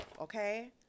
Okay